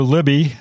Libby